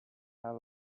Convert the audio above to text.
have